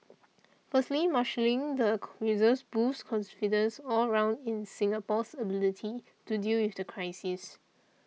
firstly marshalling the reserves boosts confidence all round in Singapore's ability to deal with the crisis